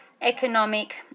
economic